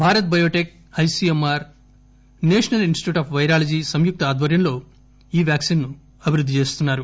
భారత biotech ICMR national institute of virology సంయుక్త ఆధ్వర్యంలో ఈ వ్యాక్సిన్ ను అభివృద్ధి చేస్తున్నారు